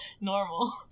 normal